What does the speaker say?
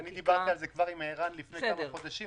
דיברתי על זה עם ערן לפני כמה חודשים,